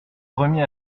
remit